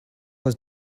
was